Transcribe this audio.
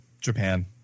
japan